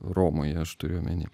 romoje aš turiu omeny